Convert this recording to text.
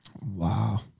Wow